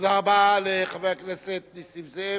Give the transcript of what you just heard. תודה רבה לחבר הכנסת נסים זאב.